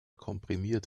komprimiert